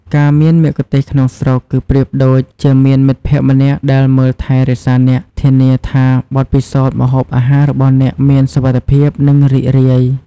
ការមានមគ្គុទ្ទេសក៍ក្នុងស្រុក គឺប្រៀបដូចជាមានមិត្តភ័ក្តិម្នាក់ដែលមើលថែរក្សាអ្នក ធានាថាបទពិសោធន៍ម្ហូបអាហាររបស់អ្នកមានសុវត្ថិភាព និងរីករាយ។